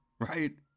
right